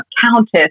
countess